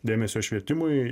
dėmesio švietimui